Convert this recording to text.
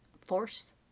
force